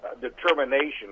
determination